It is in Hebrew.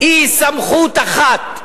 היא סמכות אחת.